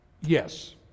Yes